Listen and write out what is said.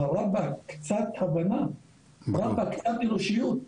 אבל לעזאזל קצת הבנה, קצת אנושיות.